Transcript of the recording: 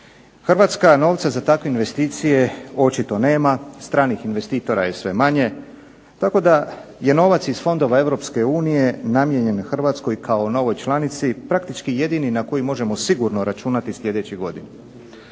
Hrvatska novca za takve investicije očito nema, stranih investitora je sve manje, tako da je novac iz fondova EU namijenjen Hrvatskoj kao novoj članici praktički jedini na koji možemo sigurno računati sljedeću godinu.